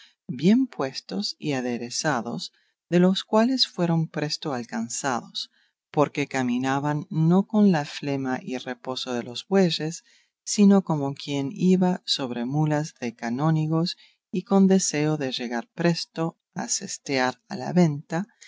bien puestos y aderezados de los cuales fueron presto alcanzados porque caminaban no con la flema y reposo de los bueyes sino como quien iba sobre mulas de canónigos y con deseo de llegar presto a sestear a la venta